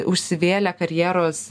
užsivėlę karjeros